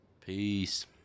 peace